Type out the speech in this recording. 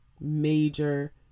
major